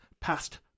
past